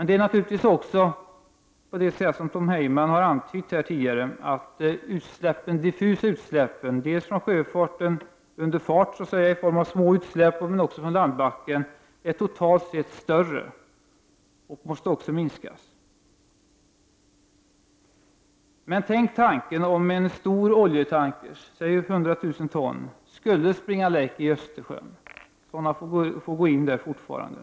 Det är naturligtvis också på det sätt som Tom Heyman har antytt här tidigare, att de diffusa utsläppen från fartyg under gång men också från landtrafiken är totalt sett större och måste minskas. Tänk tanken att en stor oljetanker, en på 100 000 ton, skulle springa läck i Östersjön. Sådana fartyg får gå in där fortfarande.